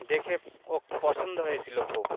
দেখে ও পছন্দ হয়েছিলো খুব